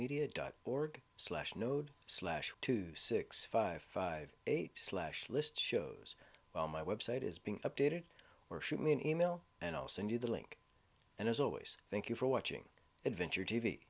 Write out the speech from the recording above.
media dot org slash node slash two six five five eight slash list shows well my website is being updated or shoot me an email and i'll send you the link and as always thank you for watching adventure t